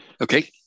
Okay